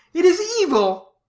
it is evil!